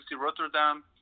Rotterdam